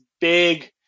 big